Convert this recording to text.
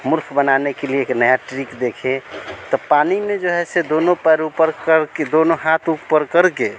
मूर्ख बनाने के लिए एक नया ट्रिक देखिए तो पानी में जो है ऐसे दोनों पैर ऊपर करके दोनों हाथ ऊपर करके